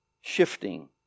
shifting